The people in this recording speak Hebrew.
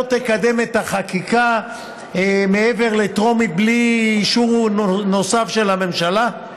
תקדם את החקיקה מעבר לטרומית בלי אישור נוסף של הממשלה?